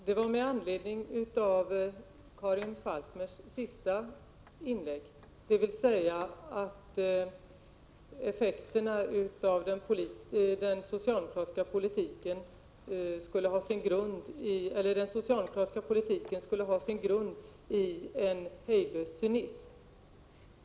Herr talman! Jag har begärt ordet med anledning av det som Karin Falkmer i sitt sista inlägg sade om att den socialdemokratiska politiken skulle ha sin grund i en hejdlös cynism.